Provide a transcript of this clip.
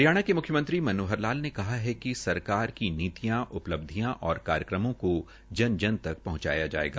हरियाणा के म्ख्यमंत्री मनोहर लाल ने कहा है कि सरकार की नीतियों उपलब्धियों और कार्यक्रमों को जन जन तक पहंचाया जायेगा